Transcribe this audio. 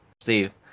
Steve